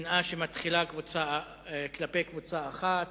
שנאה שמתחילה כלפי קבוצה אחת